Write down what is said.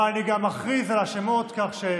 אבל אני גם מכריז על השמות, כך,